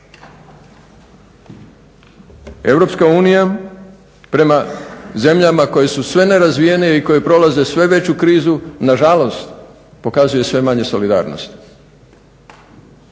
Europska unija prema zemljama koje su sve nerazvijenije i koje prolaze sve veću krizu nažalost pokazuje sve manje solidarnosti